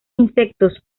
insectos